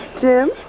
Jim